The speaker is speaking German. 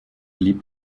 lieb